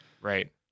right